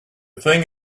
thing